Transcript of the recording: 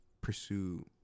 pursue